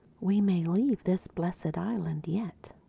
we may leave this blessed island yet.